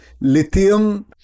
lithium